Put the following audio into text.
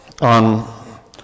on